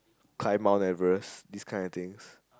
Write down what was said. climb Mount-Everest these kinda things